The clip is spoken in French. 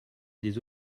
des